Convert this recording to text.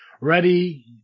ready